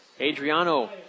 Adriano